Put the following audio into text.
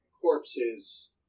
corpses